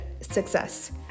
success